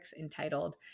entitled